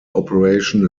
operation